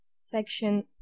Section